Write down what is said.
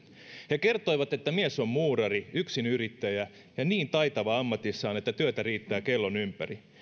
he kertoivat että mies on muurari yksinyrittäjä ja niin taitava ammatissaan että työtä riittää kellon ympäri